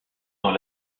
dans